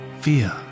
fear